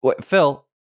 Phil